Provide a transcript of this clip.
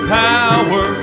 power